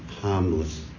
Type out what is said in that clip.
harmless